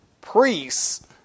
priests